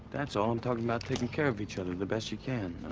that's all. l'm talking about taking care of each other the best you can.